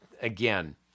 again